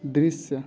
दृश्य